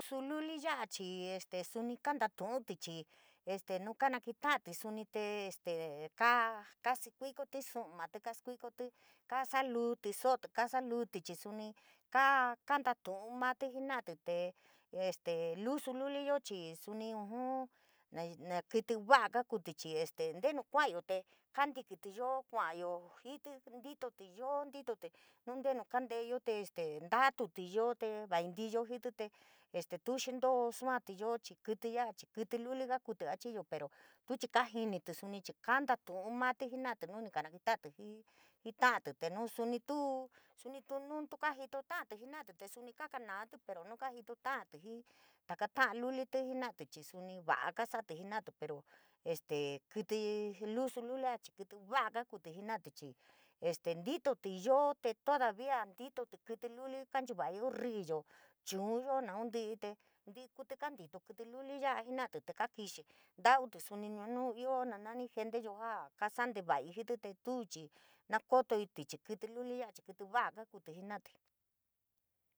Lusu luli ya’a chii este suni kantatu’utí chii este nuu kanaketa’atí suni, te este ka kaa sikuikotí su’umatí, kaasikuikotí, kaa saa luutí so’otí, kaa saa luutí chii suni kaa kantatu'utí maatí jena'atí, te este lusululiyo chii suni uujun na naa kítí va'a kakutí chii este ntenu kua'ayo te kaantikití yo kua'ayo jití ntitotí yo ntitotí nuu ntenu kanteyo te este natatutíyo te vantiyoo jití te este tuu xintoo suatí yoo chii kítí ya'a chii kítí luli kaa kuute a chiyo pero tuu chii kajinití suni chii kantatu'un matí jenatí nu nii kanaketa'atí jii ta'atí te suni tuu suni tuu nu tukajito ta'atí jena'atí te suni kaa kanaatí pero nuu kajitota'atí jii taka ta'an lulití jena'atí chii suni va'a kasatí jena'atí pero este kítí lusu lulia chii kítí va'a kaa kuutí jena'atí, chii este ntitotí yoo te todabia ntitotí kítí luli kanchuva'ayoo, rííyo, chuunyo, naun ntí'í te in tí'í kuítí kantito kítí luli ya'a jena'atí, te kaa kixi, ntautí suni nuu naun ioo jaa nani genteyo jaa kasa'a nte vaii jiití, tee tuu chii, naa kotoití chii kítí luli ya'a kíti va'a kakuutí jena'atí.